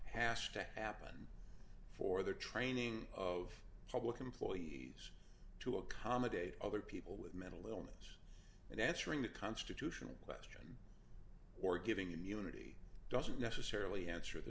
hash to happen for the training of public employees to accommodate other people with mental illness and answering the constitution or giving immunity doesn't necessarily answer the